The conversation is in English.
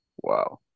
wow